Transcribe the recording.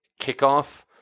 kickoff